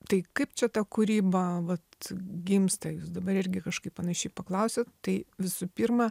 tai kaip čia ta kūryba vat gimsta jūs dabar irgi kažkaip panašiai paklausėt tai visų pirma